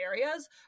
areas